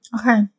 Okay